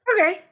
Okay